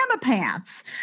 pants